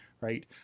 right